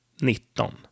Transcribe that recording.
nitton